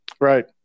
Right